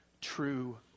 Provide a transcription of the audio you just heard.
true